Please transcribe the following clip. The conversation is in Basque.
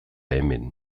hemen